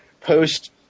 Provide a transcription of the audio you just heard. post